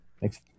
Thanks